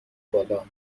بالا